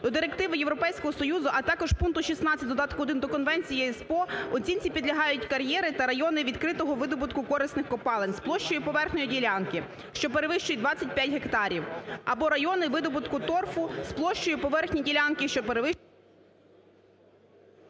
до Директиви Європейського Союзу, а також пункту 16 додатку один до конвенції ЕСПО, оцінці підлягають кар'єри та райони відкритого видобутку корисних копалин з площею поверхні ділянки, що перевищують 25 гектарів, або райони видобутку торфу з площею поверхні ділянки, що… ГОЛОВУЮЧИЙ. Дякую.